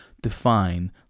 define